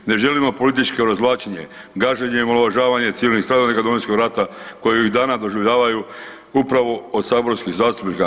Ne želimo političko razvlačenje, gaženje i omalovažavanje civilnih stradalnika Domovinskog rata koje ovih dana doživljavaju upravo od saborskih zastupnika.